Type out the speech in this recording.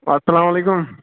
اسلام علیکم